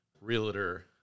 realtor